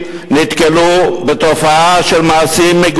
כבוד היושב-ראש,